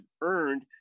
earned